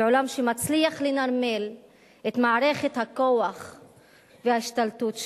ועולם שמצליח לנרמל את מערכת הכוח וההשתלטות שלו.